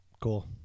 Cool